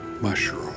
mushroom